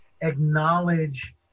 acknowledge